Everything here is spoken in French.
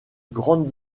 grandes